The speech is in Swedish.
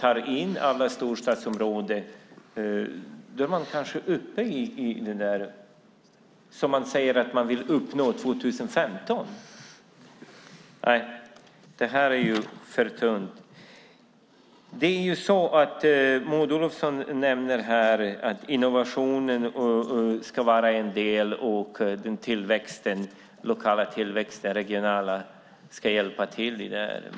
Med alla storstadsområden är man kanske uppe i det som man säger sig vilja uppnå år 2015. Nej, det här är för tunt! Maud Olofsson nämner här att innovationen ska vara en del och att den lokala och den regionala tillväxten ska hjälpa till.